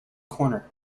corner